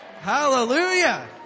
Hallelujah